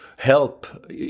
help